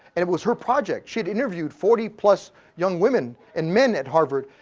and it was her project. she'd interviewed forty plus young women and men at harvard,